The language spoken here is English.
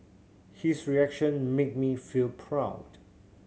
his reaction made me feel proud